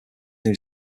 new